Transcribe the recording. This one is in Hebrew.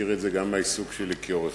מכיר את זה גם מהעיסוק שלי כעורך-דין,